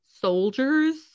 soldiers